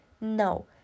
No